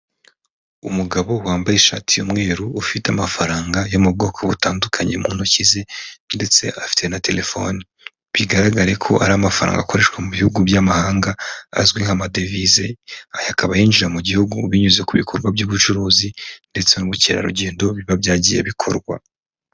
Umugabo wambaye ishati y'umweru ufite amafaranga yo mu bwoko butandukanye mu ntoki ze ndetse afite na terefone, bigaragare ko ari amafaranga akoreshwa mu bihugu by'amahanga azwi nk'amadevize, aya akaba yinjira mu gihugu binyuze ku bikorwa by'ubucuruzi ndetse n'ubukerarugendo biba byagiye bikorwa.